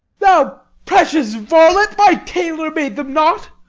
thou precious varlet, my tailor made them not.